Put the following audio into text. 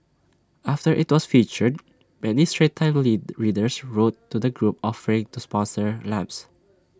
after IT was featured many straits times lead readers wrote to the group offering to sponsor lamps